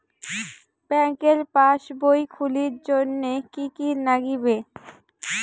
ব্যাঙ্কের পাসবই খুলির জন্যে কি কি নাগিবে?